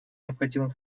необходимый